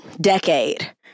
decade